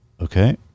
Okay